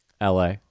LA